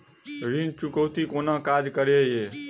ऋण चुकौती कोना काज करे ये?